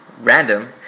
Random